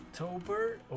October